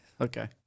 okay